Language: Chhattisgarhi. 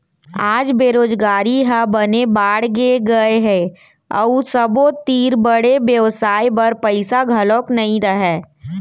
आज बेरोजगारी ह बने बाड़गे गए हे अउ सबो तीर बड़े बेवसाय बर पइसा घलौ नइ रहय